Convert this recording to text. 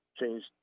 changed